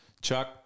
Chuck